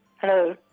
Hello